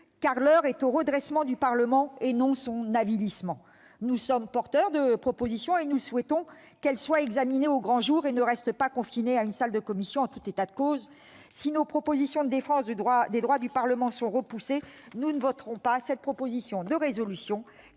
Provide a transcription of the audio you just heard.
car l'heure est au redressement du Parlement et non à son avilissement. Nous sommes porteurs de propositions et nous souhaitons qu'elles soient examinées au grand jour et ne restent pas confinées à une salle de commission. En tout état de cause, si nos propositions de défense des droits du Parlement sont repoussées, nous ne voterons pas cette proposition de résolution,